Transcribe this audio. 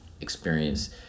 experience